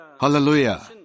Hallelujah